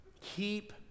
Keep